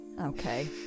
Okay